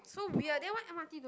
so weird then why M_R_T don't